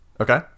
Okay